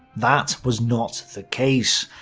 that was not the case.